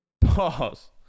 Pause